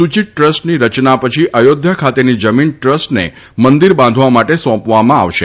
સૂચિત ટ્રસ્ટની રચના પછી અયોધ્યા ખાતેની જમીન ટ્રસ્ટને મંદિર બાંધવા માટે સોંપવામાં આવશે